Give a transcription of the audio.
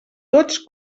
tots